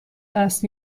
است